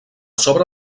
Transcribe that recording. sobre